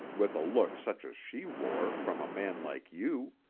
with a look such as she wore, from a man like you.